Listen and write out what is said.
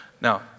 Now